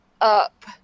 up